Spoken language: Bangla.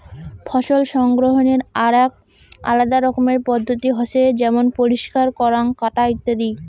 ফসল সংগ্রহনের আরাক আলাদা রকমের পদ্ধতি হসে যেমন পরিষ্কার করাঙ, কাটা ইত্যাদি